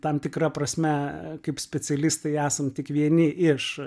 tam tikra prasme kaip specialistai esam tik vieni iš